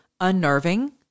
unnerving